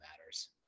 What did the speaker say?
matters